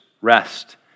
rest